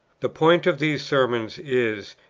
the point of these sermons is,